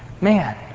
man